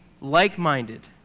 like-minded